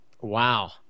Wow